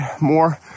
more